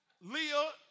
Leah